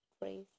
phrase